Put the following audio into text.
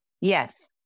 Yes